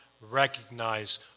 recognize